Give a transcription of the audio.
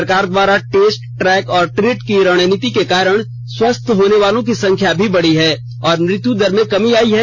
सरकार द्वारा test track और ट्रीट की रणनीति के कारण स्वस्थ होने वालों की संख्या भी बढी है और मृत्यु दर में कमी आई है